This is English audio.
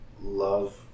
love